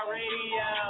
radio